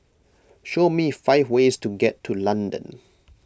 show me five ways to get to London